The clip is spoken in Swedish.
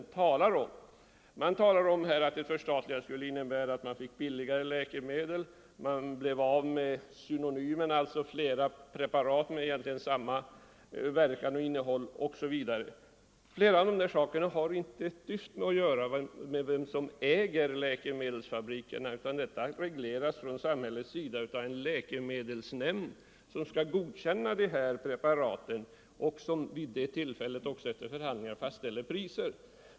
Motionärerna talar t.ex. om att ett förstatligande skulle innebära att man fick billigare läkemedel och att man blev av med synonymerna, dvs. flera olika preparat med samma innehåll och verkan, osv. Detta har inte ett dyft att göra med vem som äger läkemedelsfabrikerna, utan det regleras av samhället via en läkemedelsnämnd, som skall godkänna preparaten och som vid det tillfället också efter förhandlingar fastställer priset.